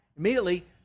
Immediately